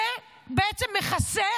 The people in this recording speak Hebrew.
זה בעצם מכסה,